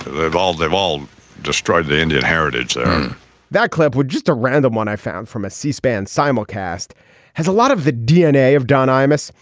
they've all they've all destroyed the indian heritage that club would just a random one i found from a c-span simulcast has a lot of the dna of don imus.